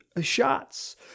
shots